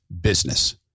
business